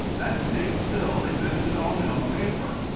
that state still existed only on paper.